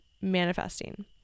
manifesting